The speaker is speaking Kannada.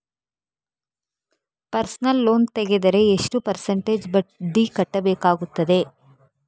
ಪರ್ಸನಲ್ ಲೋನ್ ತೆಗೆದರೆ ಎಷ್ಟು ಪರ್ಸೆಂಟೇಜ್ ಬಡ್ಡಿ ಕಟ್ಟಬೇಕಾಗುತ್ತದೆ?